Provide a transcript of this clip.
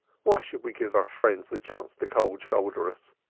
why should we give our friends the chance to cold-shoulder us?